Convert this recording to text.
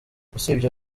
usibye